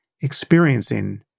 Experiencing